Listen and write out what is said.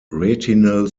retinal